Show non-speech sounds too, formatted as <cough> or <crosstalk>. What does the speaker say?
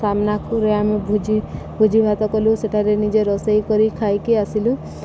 ସାମ୍ନାକୁ <unintelligible> ଭୋଜି ଭୋଜି ଭାତ କଲୁ ସେଠାରେ ନିଜେ ରୋଷେଇ କରି ଖାଇକି ଆସିଲୁ